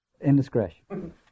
indiscretion